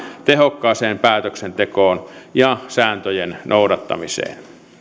tehokkaaseen päätöksentekoon ja sääntöjen noudattamiseen